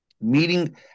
Meeting